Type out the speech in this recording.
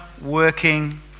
working